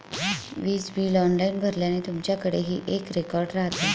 वीज bill online भरल्याने, तुमच्याकडेही एक रेकॉर्ड राहते